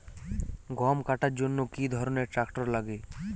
গম কাটার জন্য কি ধরনের ট্রাক্টার লাগে?